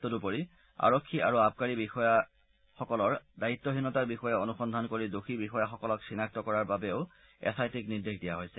তদুপৰি আৰক্ষী আৰু আবকাৰী বিভাগৰ বিষয়াসকলৰ দায়িত্হীনতাৰ বিষয়ে অনুসন্ধান কৰি দোষী বিষয়াসকলক চিনাক্ত কৰাৰ বাবেও এছ আই টিক নিৰ্দেশ দিয়া হৈছে